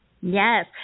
Yes